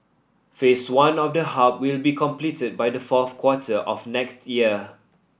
Phase One of the hub will be completed by the fourth quarter of next year